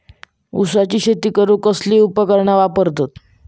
ऊसाची शेती करूक कसली उपकरणा वापरतत?